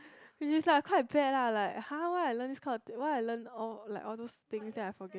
which is like quite bad lah like !huh! why I learn this kind of why I learn all like all those things then I forget